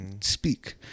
speak